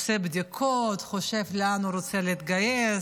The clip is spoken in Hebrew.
עושה בדיקות, חושב לאן הוא רוצה להתגייס,